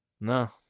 No